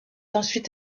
ensuite